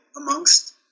amongst